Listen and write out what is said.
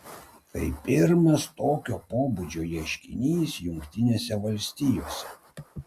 tai pirmas tokio pobūdžio ieškinys jungtinėse valstijose